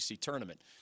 tournament